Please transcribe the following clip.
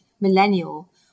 millennial